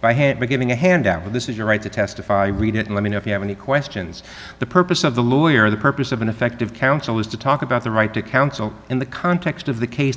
by hand by giving a handout but this is your right to testify read it and let me know if you have any questions the purpose of the lawyer the purpose of ineffective counsel is to talk about the right to counsel in the context of the case